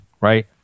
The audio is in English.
right